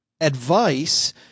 advice